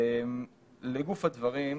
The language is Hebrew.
לגוף הדברים,